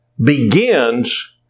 begins